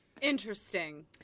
Interesting